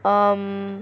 um